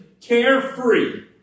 carefree